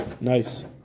nice